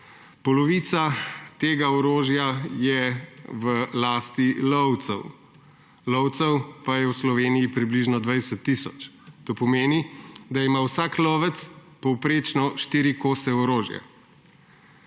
polovica tega orožja je v lasti lovcev. Lovcev pa je v Sloveniji približno 20 tisoč. To pomeni, da ima vsak lovec povprečno štiri kose orožja.